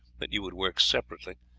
that you would work separately,